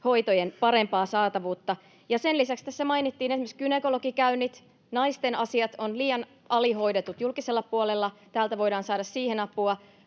parempaa saatavuutta. Sen lisäksi tässä mainittiin esimerkiksi gynekologikäynnit — naisten asiat ovat liian alihoidetut julkisella puolella, ja täältä voidaan saada siihen apua